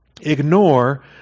Ignore